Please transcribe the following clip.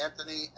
Anthony